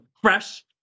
fresh